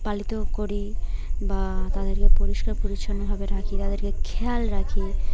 পালিত করি বা তাদেরকে পরিষ্কার পরিচ্ছন্নভাবে রাখি তাদেরকে খেয়াল রাখি